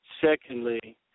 secondly